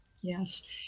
Yes